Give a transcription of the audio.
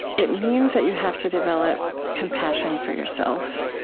it means that you have to develop compassion for yourself.